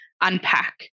unpack